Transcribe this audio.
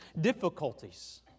difficulties